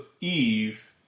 Eve